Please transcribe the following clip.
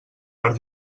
per